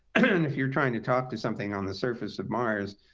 i mean and if you're trying to talk to something on the surface of mars,